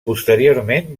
posteriorment